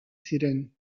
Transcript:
ziren